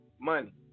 money